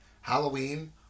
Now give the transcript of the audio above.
Halloween